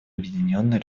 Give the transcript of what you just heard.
объединенная